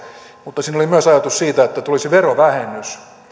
mutta siinä oli myös ajatus siitä että tulisi verovähennys